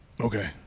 okay